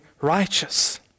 righteous